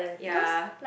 ya